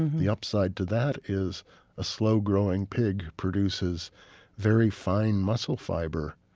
the upside to that is a slow-growing pig produces very fine muscle fiber,